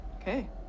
Okay